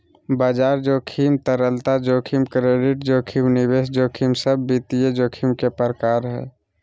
बाजार जोखिम, तरलता जोखिम, क्रेडिट जोखिम, निवेश जोखिम सब वित्तीय जोखिम के प्रकार हय